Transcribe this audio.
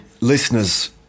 listeners